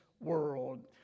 world